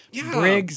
Briggs